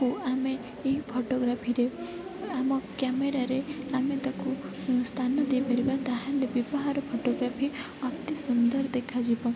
କୁ ଆମେ ଏହି ଫଟୋଗ୍ରାଫିରେ ଆମ କ୍ୟାମେରାରେ ଆମେ ତାକୁ ସ୍ଥାନ ଦେଇ ପାରିବା ତା'ହାଲେ ବିବାହର ଫଟୋଗ୍ରାଫି ଅତିସୁନ୍ଦର ଦେଖାଯିବ